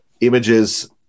images